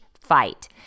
fight